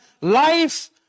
life